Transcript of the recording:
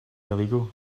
illegal